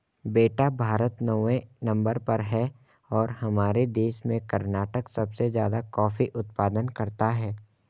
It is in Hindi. बेटा भारत नौवें नंबर पर है और हमारे देश में कर्नाटक सबसे ज्यादा कॉफी उत्पादन करता है